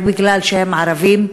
רק מפני שהם ערבים,